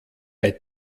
bei